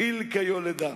חיל כיולדה.